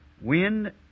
wind